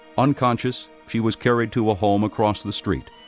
unconscious, she was carried to a home across the street.